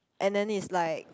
and then is like